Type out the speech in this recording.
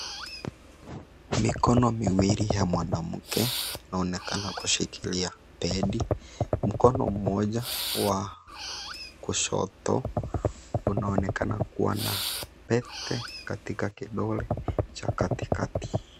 Mikono miwili ya mwanamke inaonekana kushikilia pedi. Mkono mmoja wa kushoto unaonekana kuwa na pete katika kidole cha katikati.